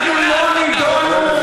אנחנו לא נידונו,